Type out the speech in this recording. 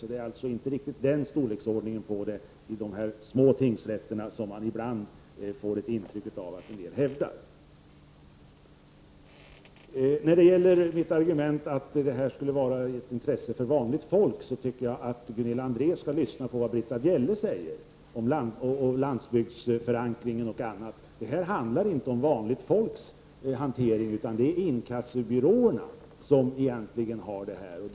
Detta har alltså inte någon större omfattning i de små tingsrätterna, något som man ibland får intrycket av att en del hävdar. När det gäller mitt argument att detta skulle vara av intresse för vanligt folk, tycker jag att Gunilla André skall lyssna på vad Britta Bjelle säger om förankring på landsbygden osv. Det här handlar inte om hantering av vanligt folk, utan det är inkassobyråerna som egentligen handhar detta.